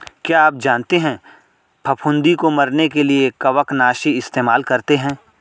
क्या आप जानते है फफूंदी को मरने के लिए कवकनाशी इस्तेमाल करते है?